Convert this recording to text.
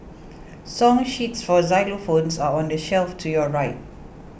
song sheets for xylophones are on the shelf to your right